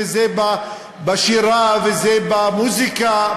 וזה בשירה וזה במוזיקה,